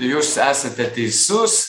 jūs esate teisus